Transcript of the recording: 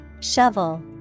Shovel